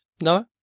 No